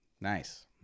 Nice